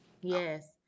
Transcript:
yes